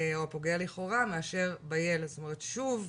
או הפוגע לכאורה, מאשר בילד,, זאת אומרת שוב,